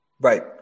Right